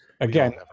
again